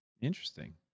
interesting